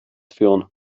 führen